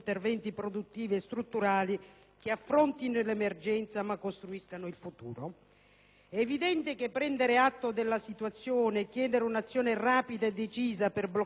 che affrontino l'emergenza ma costruiscano il futuro. È evidente che prendere atto della situazione e chiedere un'azione rapida e decisa per bloccare questa spirale negativa